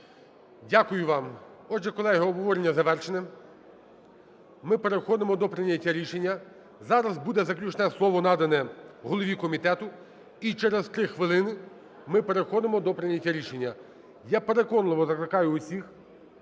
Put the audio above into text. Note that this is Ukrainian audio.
Дякую вам. Отже, колеги, обговорення завершене. Ми переходимо до прийняття рішення. Зараз буде заключне слово надане голові комітету, і через 3 хвилини ми переходимо до прийняття рішення. Я переконливо закликаю усіх